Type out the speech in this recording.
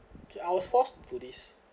okay I was forced to do this